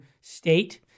state